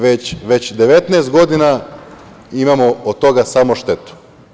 Već 19 godina imamo od toga samo štetu.